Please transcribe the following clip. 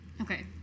Okay